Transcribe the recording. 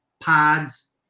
pods